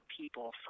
people